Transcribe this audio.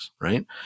right